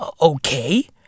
Okay